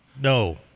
No